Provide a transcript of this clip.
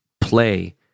play